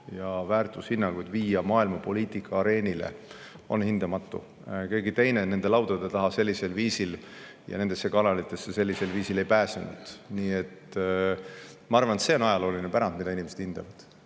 ja väärtushinnanguid maailmapoliitika areenile viia on hindamatu. Keegi teine nende laudade taha ja nendesse kanalitesse sellisel viisil ei pääsenud. Nii et ma arvan, et see on ajalooline pärand, mida inimesed hindavad.